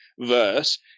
verse